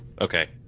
okay